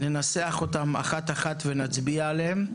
ננסח אותן אחת-אחת ונצביע עליהן,